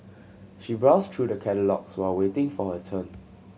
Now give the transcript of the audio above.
she browsed through the catalogues while waiting for her turn